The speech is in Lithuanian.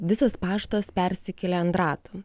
visas paštas persikėlė ant ratų